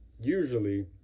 usually